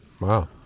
wow